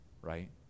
right